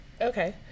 Okay